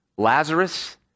Lazarus